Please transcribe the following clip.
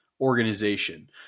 organization